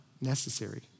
necessary